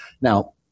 Now